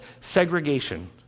segregation